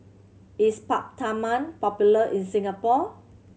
is Peptamen popular in Singapore